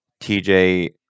TJ